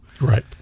Right